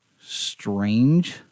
strange